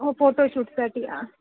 हो फोटोशूटसाठी आ